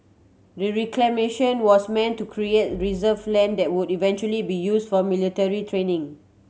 the reclamation was meant to create reserve land that would eventually be used for military training